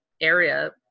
area